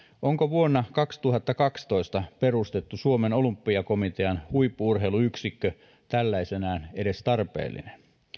vuonna kaksituhattakaksitoista perustettu suomen olympiakomitean huippu urheiluyksikkö tällaisenaan edes tarpeellinen